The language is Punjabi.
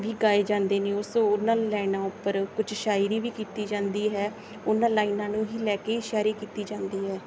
ਵੀ ਗਾਏ ਜਾਂਦੇ ਨੇ ਉਹ ਸੋ ਉਹਨਾਂ ਲਾਈਨਾਂ ਉੱਪਰ ਕੁਛ ਸ਼ਾਇਰੀ ਵੀ ਕੀਤੀ ਜਾਂਦੀ ਹੈ ਉਹਨਾਂ ਲਾਈਨਾਂ ਨੂੰ ਹੀ ਲੈ ਕੇ ਸ਼ਇਰੀ ਕੀਤੀ ਜਾਂਦੀ ਹੈ